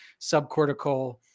subcortical